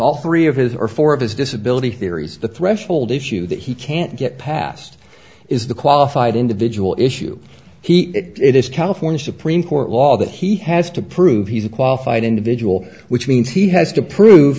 all three of his or four of his disability theories the threshold issue that he can't get past is the qualified individual issue he it is california supreme court law that he has to prove he's a qualified individual which means he has to prove